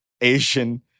Asian